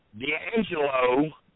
D'Angelo